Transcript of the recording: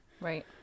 right